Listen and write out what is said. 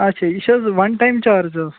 اَچھا یہِ چھِ حظ وَن ٹایِم چارٕج حظ